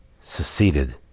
seceded